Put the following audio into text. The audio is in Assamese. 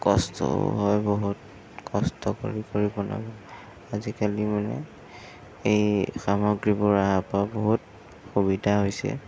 কষ্টও হয় বহুত কষ্ট কৰি কৰি বনায় আজিকালি মানে এই সামগ্ৰীবোৰ অহাৰ পা বহুত সুবিধা হৈছে